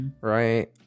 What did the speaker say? right